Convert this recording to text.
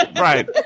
Right